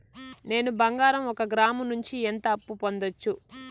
నేను బంగారం ఒక గ్రాము నుంచి ఎంత అప్పు పొందొచ్చు